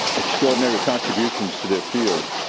extraordinary contributions to their field.